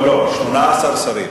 לא, לא, 18 שרים.